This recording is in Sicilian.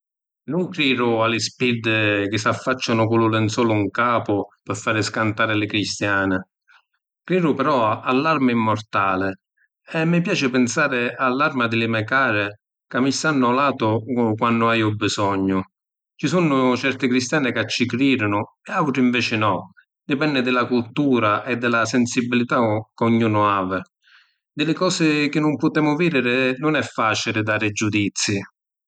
Nun cridu a li spirdi chi affaccianu cu lu linzolu ‘n capu pi fari scantari li cristiani. Cridu però a l’arma immortali e mi piaci pinsari a l’arma di li me’ cari ca mi stannu a lu latu quannu haiu bisognu. Ci sunnu certi cristiani ca ci cridinu e autri inveci no, dipenni di la cultura e di la sensibilità ca ognunu havi. Di li cosi chi nun putemu vidiri nun è facili dari giudizi.